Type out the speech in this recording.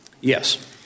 yes